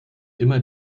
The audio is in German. immer